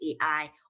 ai